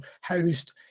housed